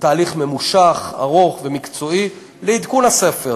בתהליך ממושך, ארוך ומקצועי לעדכון הספר.